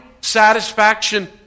satisfaction